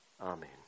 Amen